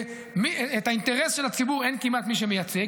ואת האינטרס של הציבור אין כמעט מי שמייצג,